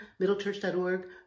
middlechurch.org